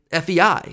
FEI